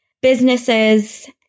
businesses